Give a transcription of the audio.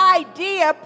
idea